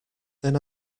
then